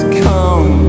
come